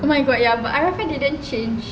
oh my god ya but arafah didn't change